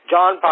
John